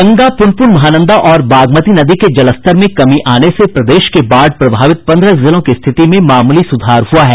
गंगा पुनपुन महानंदा और बागमती नदी के जलस्तर में कमी आने से प्रदेश के बाढ़ प्रभावित पन्द्रह जिलों की स्थिति में मामूली सुधार हुआ है